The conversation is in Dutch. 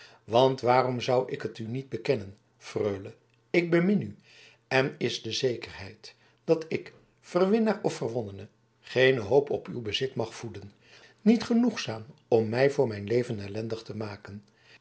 want waarom zou ik het u niet bekennen freule ik bemin u en is de zekerheid dat ik verwinnaar of verwonnene geene hoop op uw bezit mag voeden niet genoegzaam om mij voor mijn leven ellendig te maken